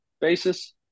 basis